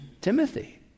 Timothy